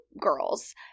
girls